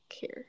care